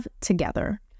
together